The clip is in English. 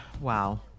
Wow